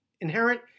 inherent